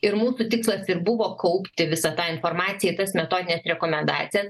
ir mūsų tikslas ir buvo kaupti visą tą informaciją ir tas metodines rekomendacijas